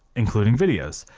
including videos.